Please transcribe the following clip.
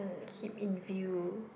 keep in view